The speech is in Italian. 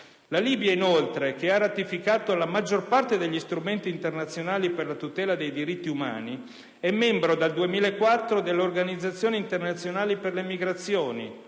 La Libia, inoltre, che ha ratificato la maggior parte degli strumenti internazionali per la tutela dei diritti umani, è membro dal 2004 dell'Organizzazione internazionale per le migrazioni